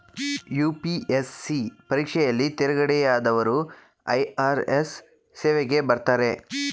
UPSC ಪರೀಕ್ಷೆಯಲ್ಲಿ ತೇರ್ಗಡೆಯಾದವರು IRS ಸೇವೆಗೆ ಬರ್ತಾರೆ